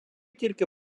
тільки